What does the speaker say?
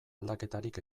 aldaketarik